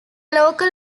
local